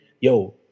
Yo